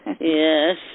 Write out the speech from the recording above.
Yes